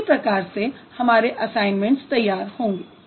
इसी प्रकार से हमारे असाइनमैंट्स तैयार होंगे